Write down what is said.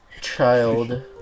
Child